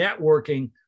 networking